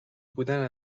بودن